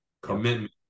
commitment